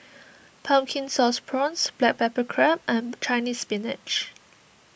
Pumpkin Sauce Prawns Black Pepper Crab and Chinese Spinach